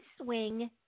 swing